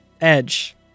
edge